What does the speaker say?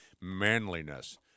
manliness